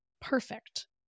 perfect